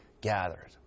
gathered